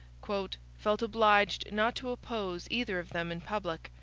felt obliged not to oppose either of them in public,